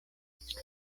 sed